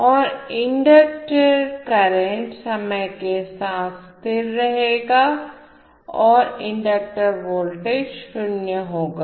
और inductor currents समय के साथ स्थिर रहेंगी और इंडक्टर वोल्टेज 0 होगा